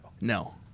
No